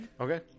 Okay